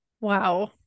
Wow